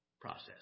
process